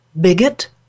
bigot